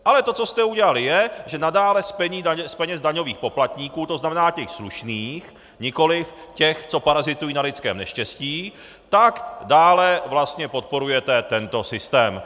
Ale to, co jste udělali, je, že nadále z peněz daňových poplatníků, tzn. těch slušných, nikoliv těch, co parazitují na lidském neštěstí, tak dále podporujete tento systém.